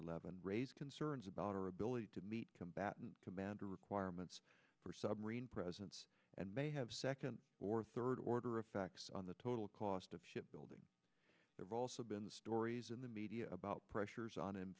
eleven raise concerns about our ability to meet combatant commander requirements for submarine presence and may have second or third order effects on the total cost of ship building they've also been stories in the media about pressures on him